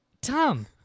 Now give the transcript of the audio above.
tom